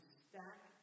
stack